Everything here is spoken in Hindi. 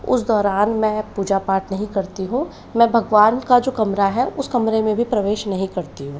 उस दौरान मैं पूजा पाठ नहीं करती हूँ मैं भगवान का जो कमरा है उस कमरे में भी प्रवेश नहीं करती हूँ